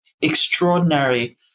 extraordinary